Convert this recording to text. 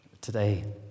today